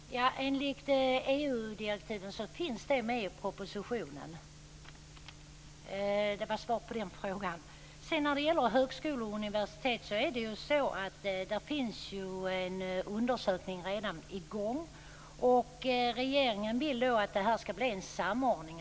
Fru talman! Enligt EU-direktiven finns det här med i propositionen. Det var svar på den frågan. När det gäller högskolor och universitet finns det en undersökning som redan är i gång. Regeringen vill att det skall bli en samordning.